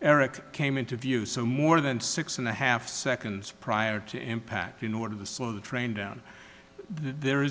eric came into view so more than six and a half seconds prior to impact in order to slow the train down there is